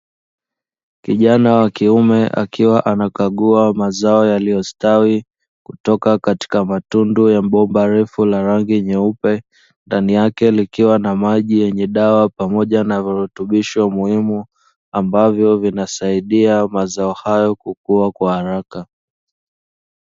Kijana wa kiume akiwa anakagua mazao yaliyostawi kutoka katika matundu ya bomba lefu la rangi nyeupe ndani yake likiwa na maji yenye dawa pamoja na virutubisho muhimu ambavyo vinasaidia mazao hayo kukua kwa haraka.